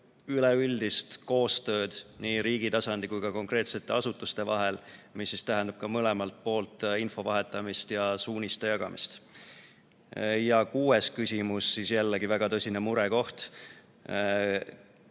üleüldist koostööd nii riigi tasandil kui ka konkreetsete asutuste vahel, mis tähendab mõlemalt poolt info vahetamist ja suuniste jagamist. Kuues küsimus – jällegi väga tõsine murekoht